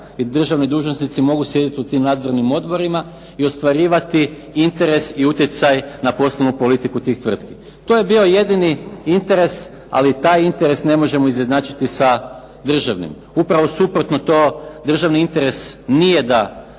državni dužnosnici mogu sjediti u tim nadzornim odborima i ostvarivati interes i utjecaj na poslovnu politiku tih tvrtki. To je bio jedini interes ali taj interes ne možemo izjednačiti sa državnim. Upravo suprotno državni interes nije da